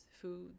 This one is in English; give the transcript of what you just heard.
food